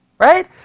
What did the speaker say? Right